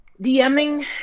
DMing